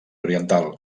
oriental